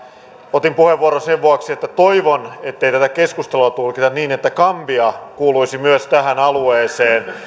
otin puheenvuoron sen vuoksi että toivon ettei tätä keskustelua tulkita niin että gambia kuuluisi myös tähän alueeseen